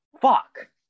Fuck